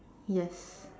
yes